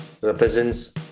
represents